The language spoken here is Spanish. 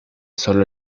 solo